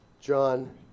John